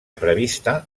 prevista